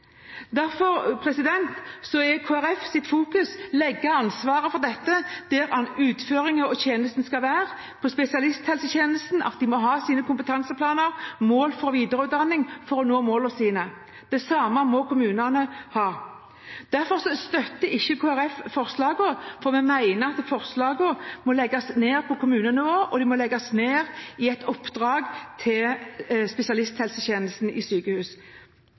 Derfor fokuserer Kristelig Folkeparti på å legge ansvaret for dette der utførelsen av tjenestene skal være, til spesialisthelsetjenesten, at de må ha sine kompetanseplaner og mål for videreutdanning. Det samme må kommunene ha. Derfor støtter ikke Kristelig Folkeparti forslagene, fordi vi mener at forslagene må legges ned på kommunenivå og i et oppdrag til spesialisthelsetjenesten i sykehus.